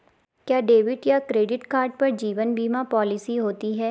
क्या डेबिट या credit card पर जीवन बीमा पॉलिसी होती है?